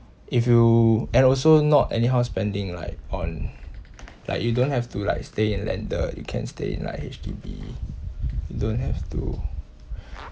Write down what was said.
if you and also not anyhow spending like on like you don't have to like stay in landed you can stay in like H_D_B you don't have to